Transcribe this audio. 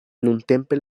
nuntempe